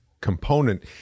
component